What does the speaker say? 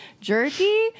Jerky